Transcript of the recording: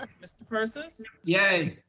um mr. persis. yay.